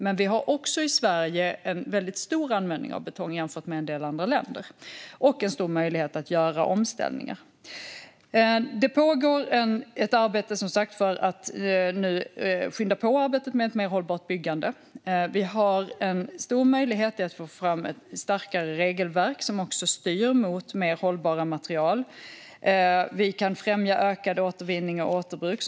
Men vi har också i Sverige en väldigt stor användning av betong jämfört med en del andra länder och en stor möjlighet att göra omställningar. Det pågår som sagt ett arbete för att skynda på processen med ett mer hållbart byggande. Vi har en stor möjlighet i att få fram ett starkare regelverk som också styr mot mer hållbara material. Vi kan främja ökad återvinning och återbruk.